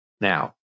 Now